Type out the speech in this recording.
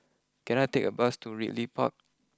can I take a bus to Ridley Park